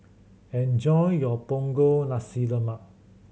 enjoy your Punggol Nasi Lemak